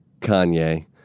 Kanye